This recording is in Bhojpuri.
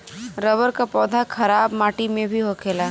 रबर क पौधा खराब माटी में भी होखेला